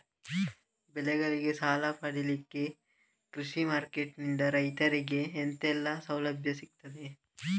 ಬೆಳೆಗಳಿಗೆ ಸಾಲ ಪಡಿಲಿಕ್ಕೆ ಕೃಷಿ ಮಾರ್ಕೆಟ್ ನಿಂದ ರೈತರಿಗೆ ಎಂತೆಲ್ಲ ಸೌಲಭ್ಯ ಸಿಗ್ತದ?